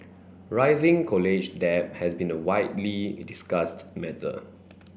rising college debt has been a widely discussed matter